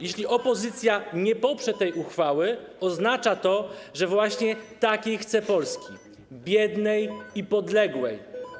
Jeśli opozycja nie poprze tej uchwały, oznacza to, że chce właśnie takiej Polski - biednej i podległej.